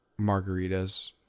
margaritas